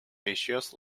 issues